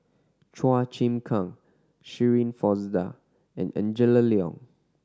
Chua Chim Kang Shirin Fozdar and Angela Liong